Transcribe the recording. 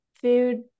food